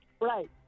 Right